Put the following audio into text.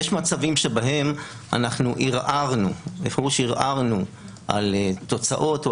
יש מצבים שבהם אנחנו בפירוש ערערנו על תוצאות או